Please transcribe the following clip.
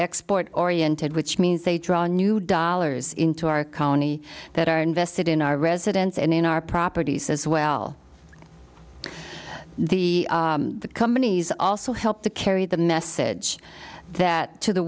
export oriented which means they draw new dollars into our county that are invested in our residents and in our properties as well the companies also help to carry the message that to the